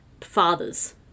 fathers